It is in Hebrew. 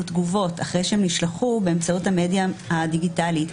תגובות אחרי שהם נשלחו באמצעות המדיה הדיגיטלית,